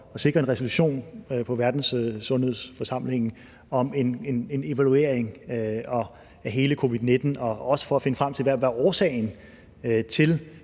at sikre en resolution på Verdenssundhedsforsamlingen om en evaluering af hele covid-19 og for at finde frem til, hvad hele årsagen var